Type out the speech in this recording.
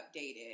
updated